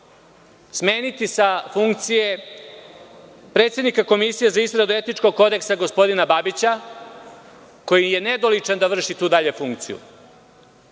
smeniti sa funkcije predsednika Komisije za izradu etičkog kodeksa gospodina Babića, koji je nedoličan da dalje vrši